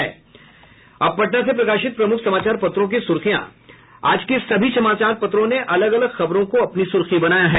अब पटना से प्रकाशित प्रमुख समाचार पत्रों की सुर्खियां आज के सभी समाचार पत्रों ने अलग अलग खबरों को अपनी सुर्खी बनाया है